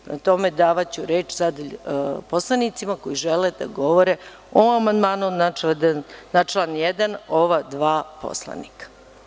Prema tome, davaću reč poslanicima koji žele da govore o amandmanu na član 1. ova dva poslanika.